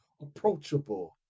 approachable